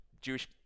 Jewish